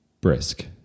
brisk